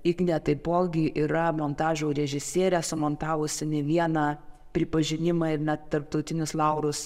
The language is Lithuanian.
ignė taipogi yra montažo režisierė sumontavusi ne vieną pripažinimą ir net tarptautinius laurus